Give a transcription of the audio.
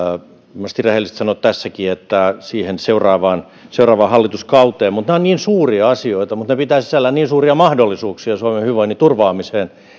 varmasti rehellistä sanoa tässäkin siihen seuraavaan hallituskauteen nämä ovat niin suuria asioita mutta ne pitävät sisällään niin suuria mahdollisuuksia suomen hyvinvoinnin turvaamiseen